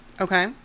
Okay